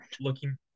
looking